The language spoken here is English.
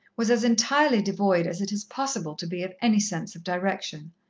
was as entirely devoid as it is possible to be of any sense of direction.